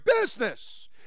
business